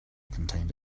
contained